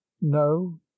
no